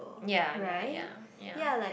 ya ya ya ya